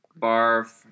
Barf